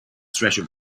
treasure